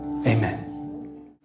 Amen